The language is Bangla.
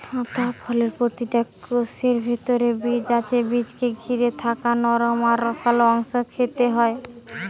আতা ফলের প্রতিটা কোষের ভিতরে বীজ আছে বীজকে ঘিরে থাকা নরম আর রসালো অংশ খেতে হয়